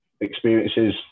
experiences